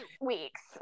weeks